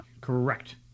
correct